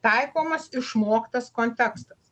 taikomas išmoktas kontekstas